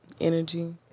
energy